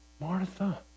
Martha